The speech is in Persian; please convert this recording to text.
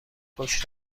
پشت